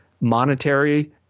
monetary –